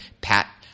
Pat